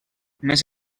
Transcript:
més